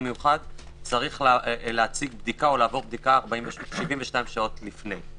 מיוחד צריך להציג או לעבור בדיקה 72 שעות לפני.